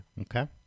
Okay